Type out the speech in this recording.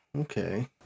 Okay